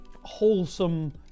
wholesome